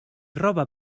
roba